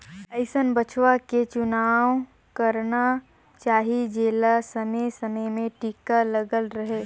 अइसन बछवा के चुनाव करना चाही जेला समे समे में टीका लगल रहें